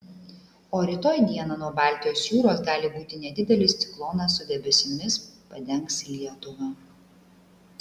o rytoj dieną nuo baltijos jūros gali būti nedidelis ciklonas su debesimis padengs lietuvą